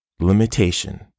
Limitation